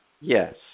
Yes